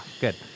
good